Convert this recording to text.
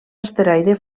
asteroide